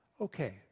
Okay